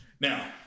Now